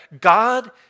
God